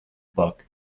book